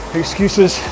excuses